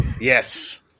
Yes